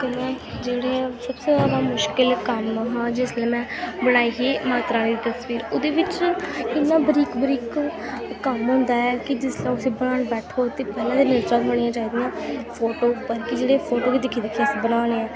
कन्नै जेह्ड़े सबसे जादा मुश्कल कम्म हा जिसलै में बनाई ही माता रानी दी तस्बीर ओह्दे बिच्च इन्ना बरीक बरीक कम्म होंदा ऐ कि जिसलै उस्सी बनान बैट्ठो ते पैह्लें ते पिक्चरां थ्होनियां चाहिदियां फोटो उप्पर कि जेह्ड़े फोटो गी दिक्खी दिक्खियै असें बनाने ऐ